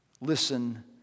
Listen